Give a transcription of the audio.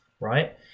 right